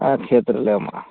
ᱟᱨ ᱠᱷᱮᱛ ᱨᱮᱞᱮ ᱮᱢᱟᱜᱼᱟ